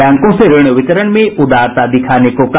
बैंको से ऋण वितरण में उदारता दिखाने को कहा